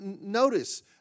notice